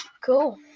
Cool